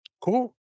cool